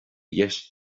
dheis